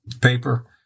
paper